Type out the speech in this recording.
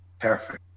perfect